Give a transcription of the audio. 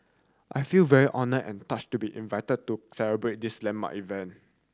I feel very honoured and touched to be invited to celebrate this landmark event